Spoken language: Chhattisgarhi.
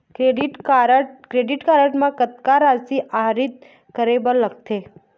क्रेडिट कारड म कतक राशि आहरित करे बर लगथे?